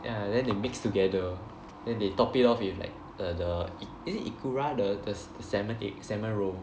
ya and then they mix together then they top it off with like uh the is it ikura the the salmon egg salmon roe